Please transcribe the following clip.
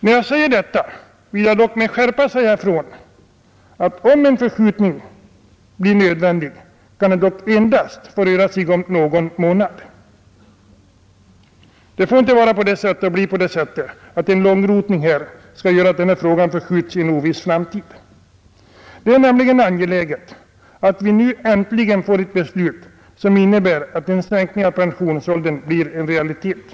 När jag säger detta vill jag dock med skärpa deklarera att om en förskjutning blir nödvändig, kan den endast få röra sig om någon månad. Det får inte bli på det sättet att en långrotning här skall göra att denna fråga uppskjuts till en oviss Sänkning av den framtid. Det är nämligen angeläget att vi nu äntligen får ett beslut, som = allmänna pensionsinnebär att en sänkning av pensionsåldern blir en realitet.